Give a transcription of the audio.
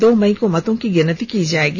दो मई को मतों की गिनती की जाएगी